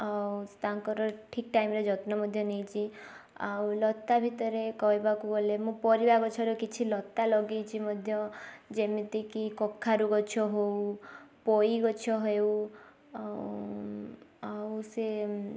ଆଉ ତାଙ୍କର ଠିକ୍ ଟାଇମ୍ ରେ ଯତ୍ନ ମଧ୍ୟ ନେଇଛି ଆଉ ଲତା ଭିତରେ କହିବାକୁ ଗଲେ ମୁଁ ପରିବା ଗଛର କିଛି ଲତା ଲଗେଇଛି ମଧ୍ୟ ଯେମିତିକି କଖାରୁ ଗଛ ହେଉ ପୋଇ ଗଛ ହେଉ ଆଉ ଆଉ ସେ